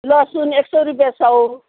लसुन एक सौ रुपियाँ सौ